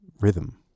rhythm